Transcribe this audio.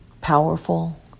powerful